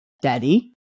daddy